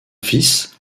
fils